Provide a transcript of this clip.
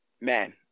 man